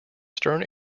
stern